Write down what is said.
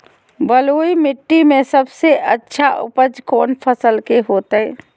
बलुई मिट्टी में सबसे अच्छा उपज कौन फसल के होतय?